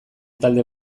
talde